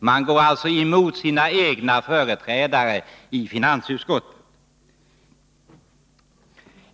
Man går alltså här emot sina egna företrädare i finansutskottet.